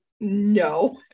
No